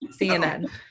CNN